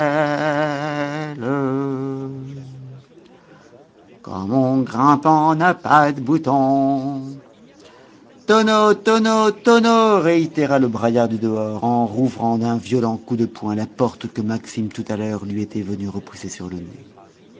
réitéra le braillard du dehors en rouvrant d'un violent coup de poing la porte que maxime tout à l'heure lui était venu repousser sur le nez